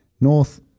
North